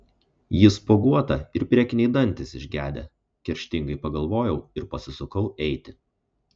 ji spuoguota ir priekiniai dantys išgedę kerštingai pagalvojau ir pasisukau eiti